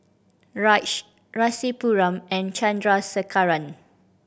Raj Rasipuram and Chandrasekaran